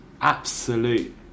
absolute